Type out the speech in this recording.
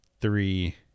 three